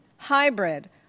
hybrid